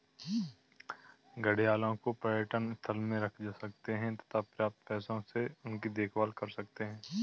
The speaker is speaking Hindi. घड़ियालों को पर्यटन स्थल में रख सकते हैं तथा प्राप्त पैसों से उनकी देखभाल कर सकते है